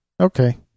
Okay